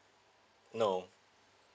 no